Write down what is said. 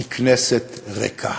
היא כנסת ריקה.